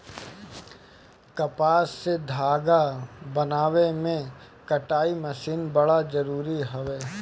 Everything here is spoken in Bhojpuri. कपास से धागा बनावे में कताई मशीन बड़ा जरूरी हवे